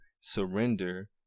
surrender